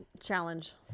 challenge